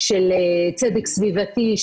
של צדק סביבתי,